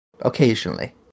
occasionally